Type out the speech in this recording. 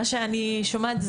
מה שאני שומעת,